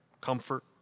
comfort